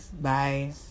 Bye